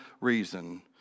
reason